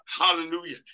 hallelujah